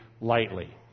lightly